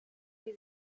die